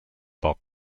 poc